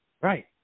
Right